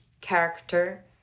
character